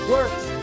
Works